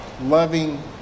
loving